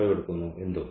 5 എടുക്കുന്നു എന്തും